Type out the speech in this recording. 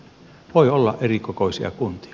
voi olla erikokoisia kuntia